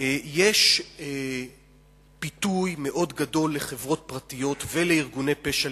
יש פיתוי מאוד גדול לחברות פרטיות ולארגוני פשע